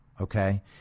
okay